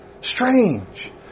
Strange